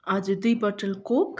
हजुर दुई bottle Coke